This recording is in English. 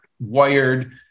wired